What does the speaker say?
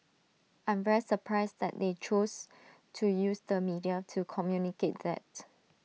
I'm very surprised that they choose to use the media to communicate that